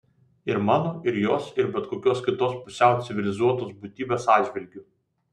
ir mano ir jos ir bet kokios kitos pusiau civilizuotos būtybės atžvilgiu